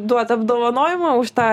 duot apdovanojimą už tą